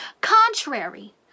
contrary